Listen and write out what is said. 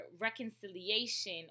reconciliation